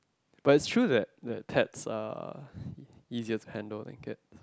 but is true that that cats are easier to handle than cat